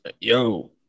Yo